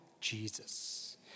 Jesus